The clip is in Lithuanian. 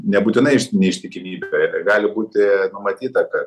nebūtinai už neištikimybę gali būti numatyta kad